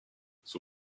son